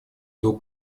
двух